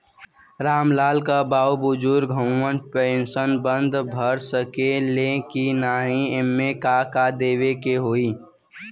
राम लाल के बाऊ बुजुर्ग ह ऊ पेंशन बदे भर सके ले की नाही एमे का का देवे के होई?